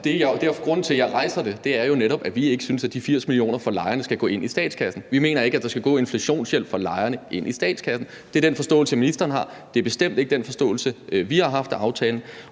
vej, men grunden til, at jeg rejser det, er jo netop, at vi ikke synes, at de 80 mio. kr. fra lejerne skal gå ind i statskassen. Vi mener ikke, at der skal gå inflationshjælp fra lejerne ind i statskassen. Det er den forståelse, ministeren har af aftalen, men det er bestemt ikke den forståelse, vi har haft af den.